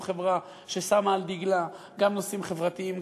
אנחנו חברה ששמה על דגלה גם נושאים חברתיים,